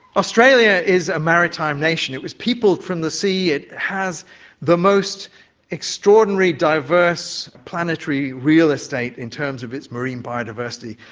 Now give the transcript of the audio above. australia is a maritime nation. it was peopled from the sea, it has the most extraordinary diverse planetary real estate in terms of its marine biodiversity,